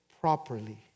properly